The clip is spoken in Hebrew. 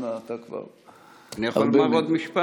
אנא, אתה כבר, אני יכול עוד משפט?